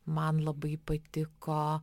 man labai patiko